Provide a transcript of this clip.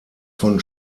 von